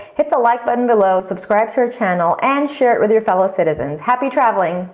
hit the like button below, subscribe to our channel, and share it with your fellow citizens. happy traveling.